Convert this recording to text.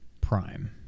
Prime